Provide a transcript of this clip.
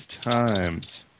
times